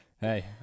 Hey